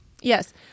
Yes